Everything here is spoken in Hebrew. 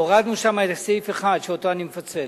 הורדנו שם איזה סעיף אחד, שאותו אני מפצל.